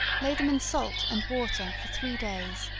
lay them in salt and water for three days,